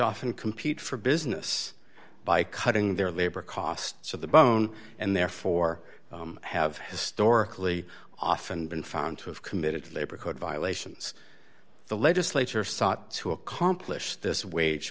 often compete for business by cutting their labor costs of the bone and therefore have historically often been found to have committed labor code violations the legislature sought to accomplish this wage